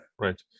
right